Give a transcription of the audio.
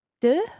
De